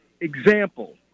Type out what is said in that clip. Example